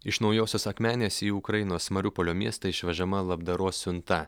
iš naujosios akmenės į ukrainos mariupolio miestą išvežama labdaros siunta